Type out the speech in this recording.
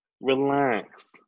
relax